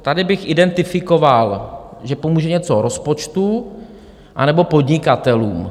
Tady bych identifikoval, že pomůže něco rozpočtu anebo podnikatelům.